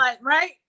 right